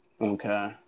Okay